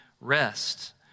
rest